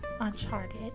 Uncharted